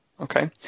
okay